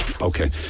Okay